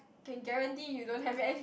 can guarantee you don't have any